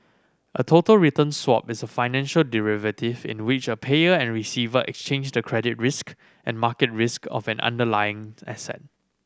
a total return swap is a financial derivative in which a payer and receiver exchange the credit risk and market risk of an underlying asset